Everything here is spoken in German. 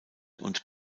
und